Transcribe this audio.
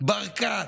ברקת,